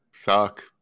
suck